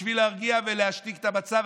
בשביל להרגיע ולהשתיק את המצב,